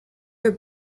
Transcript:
are